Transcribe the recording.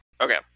Okay